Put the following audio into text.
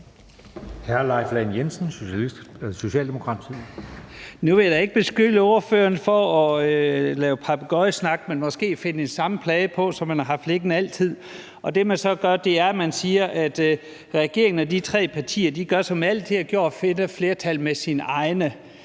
Nu vil jeg da ikke beskylde ordføreren for at lave papegøjesnak, men så måske at lægge den samme plade på, som man har haft liggende altid. Det, man så gør, er, at man siger, at regeringen og de tre partier gør, som de altid har gjort: De finder flertal med deres egne.